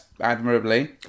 admirably